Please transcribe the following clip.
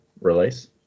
release